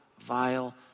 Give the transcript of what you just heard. vile